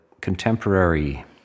contemporary